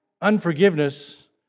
Unforgiveness